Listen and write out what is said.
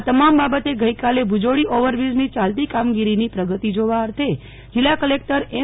આ તમામ બાબતે ગઈકાલે ભુજોડી ઓવરબ્રીજની ચાલતી કામગીરીની પ્રગતિ જોવા અર્થે જિલ્લા કલેકટર એમ